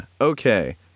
okay